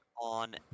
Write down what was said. on